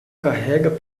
carrega